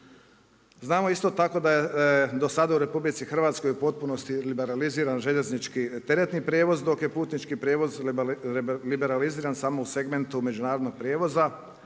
Znamo isto tako da je dosada u RH u potpunosti liberaliziran željeznički teretni prijevoz, dok je putnički prijevoz liberaliziran samo u segmentu međunarodnog prijevoza